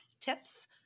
tips